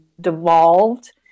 devolved